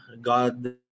God